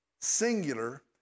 singular